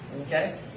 okay